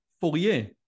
Fourier